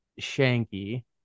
Shanky